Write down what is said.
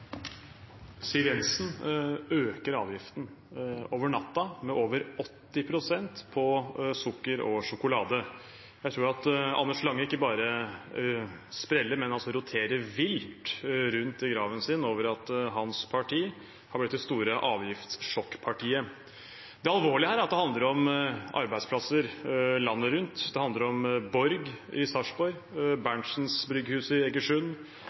Siv Jensen øker avgiften, over natten, med over 80 pst. på sukker og sjokolade. Jeg tror at Anders Lange ikke bare spreller, men roterer vilt rundt i graven sin når hans parti er blitt det store avgiftssjokkpartiet. Det alvorlige her er at det handler om arbeidsplasser landet rundt. Det handler om Borg i Sarpsborg, Berentsens Brygghus i Egersund,